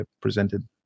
presented